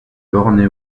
bornée